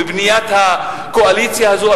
בבניית הקואליציה הזו,